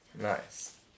Nice